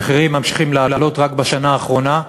המחירים ממשיכים לעלות, רק בשנה האחרונה,